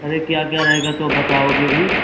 अरे क्या क्या रहेगा तो अब बताओगे भी